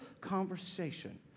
conversation